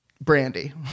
Brandy